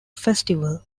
festival